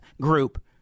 group